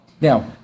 Now